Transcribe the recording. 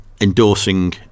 endorsing